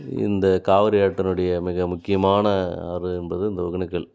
இந்த காவிரி ஆற்றினுடைய மிக முக்கியமான ஆறு என்பது இந்த ஒகேனக்கல்